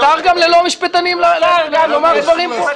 --- מותר גם ללא משפטנים לומר דברים פה?